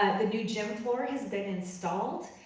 and the new gym floor has been installed,